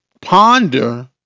Ponder